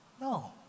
No